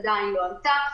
היא עדיין לא ענתה.